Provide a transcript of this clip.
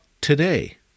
today